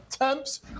attempts